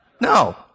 No